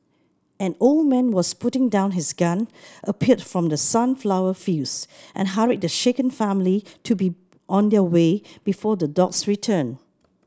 an old man was putting down his gun appeared from the sunflower fields and hurried the shaken family to be on their way before the dogs return